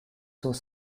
was